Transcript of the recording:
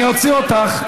אני אוציא אותך.